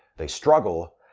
they struggle,